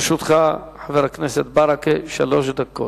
לרשותך, חבר הכנסת ברכה, שלוש דקות.